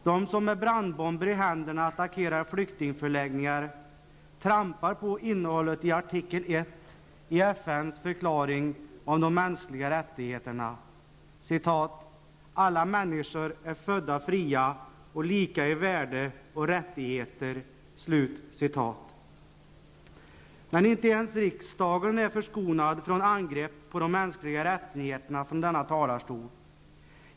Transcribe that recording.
De som med brandbomber i händerna attackerar flyktingförläggningar trampar på innehållet i artikel ''Alla människor äro födda fria och lika i värde och rättigheter.'' Men inte ens riksdagen är förskonad från angrepp mot de mänskliga rättigheterna från denna talarstol.